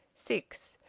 six.